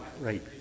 right